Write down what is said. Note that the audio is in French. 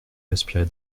respirer